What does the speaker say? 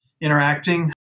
interacting